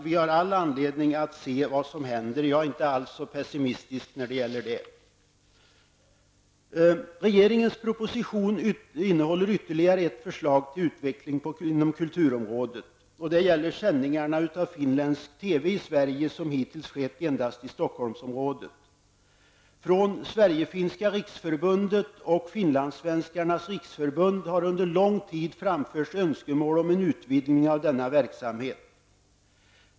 Vi har all anledning att se vad som händer. Jag är inte alls så pessimistisk när det gäller detta. Regeringens proposition innehåller ytterligare ett förslag till utveckling inom kulturområdet och det gäller sändningarna av finländsk TV i Sverige. De har hittills skett endast i Stockholmsområdet. Från Finlandssvenskarnas riksförbund har under lång tid framförts önskemål om en utvidgning av denna verksamhet.